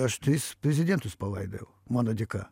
aš tris prezidentus palaidojau mano dėka